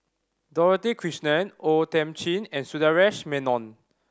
Dorothy Krishnan O Thiam Chin and Sundaresh Menon